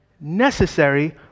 Necessary